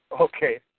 Okay